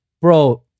bro